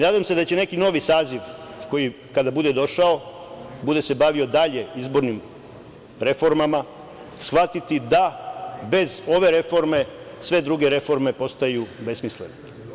Nadam se da će neki novi saziv koji kada bude došao, bude se bavio dalje izbornim reformama, shvatiti da bez ove reforme sve druge reforme postaju besmislene.